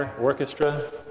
Orchestra